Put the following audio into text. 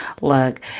Look